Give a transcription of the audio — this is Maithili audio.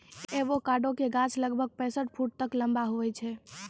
एवोकाडो के गाछ लगभग पैंसठ फुट तक लंबा हुवै छै